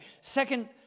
Second